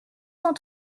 cent